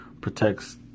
protects